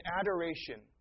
adoration